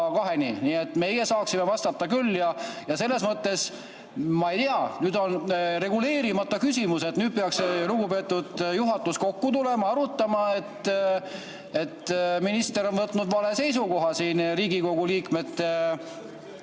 kaheni, nii et meie saaksime [küsida] küll. Selles mõttes, ma ei tea, nüüd on reguleerimata küsimus ja nüüd peaks lugupeetud juhatus kokku tulema ja arutama, et minister on võtnud vale seisukoha siin Riigikogu liikmete